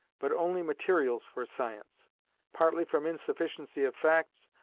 but only materials for science partly from insufficiency of facts,